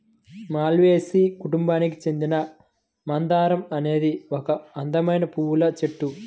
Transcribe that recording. మాల్వేసి కుటుంబానికి చెందిన మందారం అనేది ఒక అందమైన పువ్వుల చెట్టు